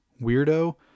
weirdo